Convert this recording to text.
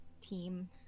team